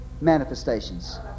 manifestations